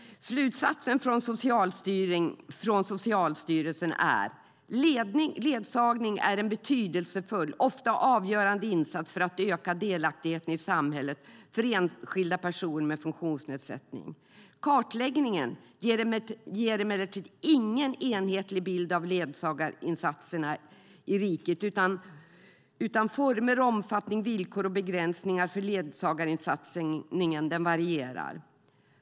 Slutsatsen från Socialstyrelsen är att ledsagningen är en betydelsefull, ofta avgörande insats för att öka delaktigheten i samhället för enskilda personer med funktionsnedsättning. Kartläggningen ger emellertid ingen enhetlig bild av ledsagarinsatserna i riket, utan former, omfattning, villkor och begränsningar för ledsagarinsatsen varierar.